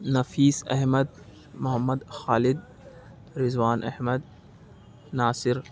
Nafees Ahmed Mohammed Khalid Rizwan Ahmed Nasir